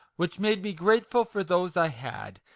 which made me grateful for those i had,